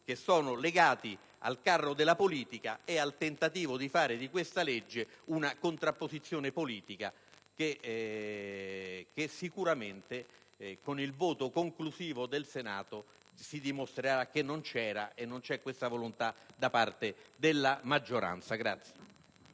che sono legati al carro della politica e al tentativo di fare di questa legge un'occasione di contrapposizione politica. Sicuramente, con il voto conclusivo del Senato, si dimostrerà che non c'era e non c'è questa volontà, invece, da parte della maggioranza.